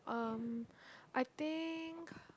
um I think